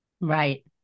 Right